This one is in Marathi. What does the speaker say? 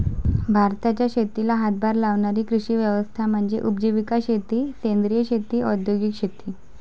भारताच्या शेतीला हातभार लावणारी कृषी व्यवस्था म्हणजे उपजीविका शेती सेंद्रिय शेती औद्योगिक शेती